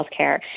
healthcare